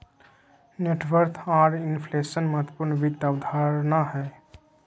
net worth आर inflation महत्वपूर्ण वित्त अवधारणा हय